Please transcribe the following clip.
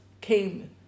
came